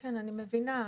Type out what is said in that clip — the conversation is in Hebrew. אני מבינה.